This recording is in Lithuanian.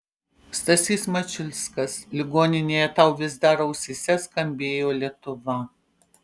stasys mačiulskas ligoninėje tau vis dar ausyse skambėjo lietuva